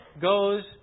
goes